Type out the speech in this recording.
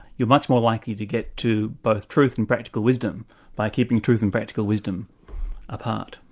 you're much more likely to get to both truth and practical wisdom by keeping truth and practical wisdom apart.